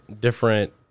different